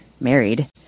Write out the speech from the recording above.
married